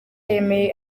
yemeye